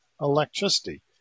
electricity